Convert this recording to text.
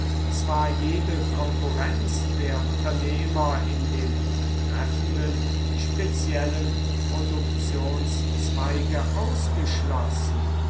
zwar jede konkurrenz der unternehmer in dem betreffenden speziellen produktionszweige ausgeschlossen